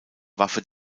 waffe